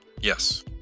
Yes